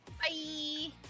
bye